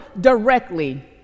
directly